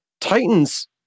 Titans